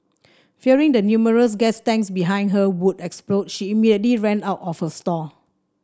fearing the numerous gas tanks behind her would explode she immediately ran out of her stall